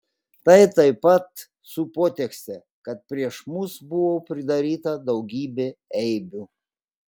tai taip pat su potekste kad prieš mus buvo pridaryta daugybė eibių